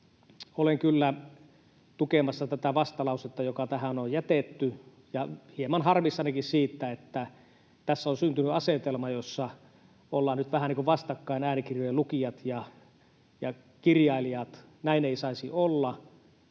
olen kyllä tukemassa tätä vastalausetta, joka tähän on jätetty, ja hieman harmissanikin siitä, että tässä on syntynyt asetelma, jossa ovat nyt vähän niin kuin vastakkain äänikirjojen lukijat ja kirjailijat. Näin ei saisi olla.